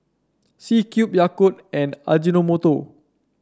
C Cube Yakult and Ajinomoto